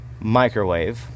microwave